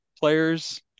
players